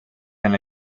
than